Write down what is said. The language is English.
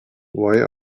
why